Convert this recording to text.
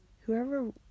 whoever